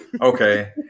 okay